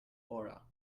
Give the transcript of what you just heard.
aura